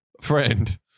friend